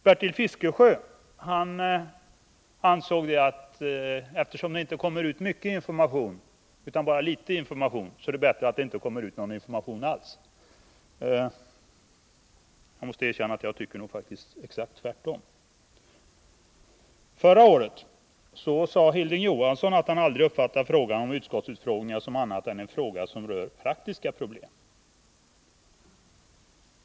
Bertil Fiskesjö ansåg att eftersom det inte kommer ut mycket information utan bara litet, så är det bättre att det inte kommer ut någon information alls. Jag måste nog faktiskt erkänna att jag tycker exakt tvärtom. Förra året sade Hilding Johansson att han aldrig uppfattat frågan om utskottsutfrågningar som annat än en fråga som rör praktiska problem.